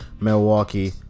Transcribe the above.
Milwaukee